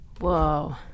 Whoa